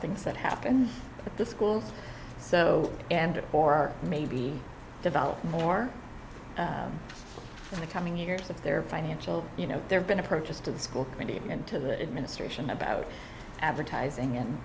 things that happen at the school so and or maybe develop more in the coming years if there are financial you know there have been approaches to the school committee and to the administration about advertising and